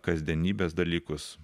kasdienybės dalykus